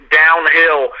downhill